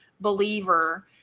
Believer